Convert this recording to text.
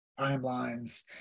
timelines